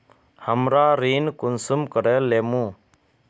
हमरा ऋण कुंसम करे लेमु?